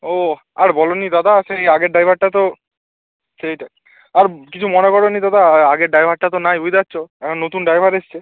ও আর বলো নি দাদা সেই আগের ড্রাইভারটা তো সেইটাই আর কিছু মনে করো নি দাদা আই আগের ড্রাইভারটা তো নাই বুঝতে পারছ এখন নতুন ড্রাইভার এসছে